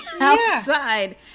outside